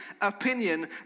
opinion